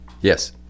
Yes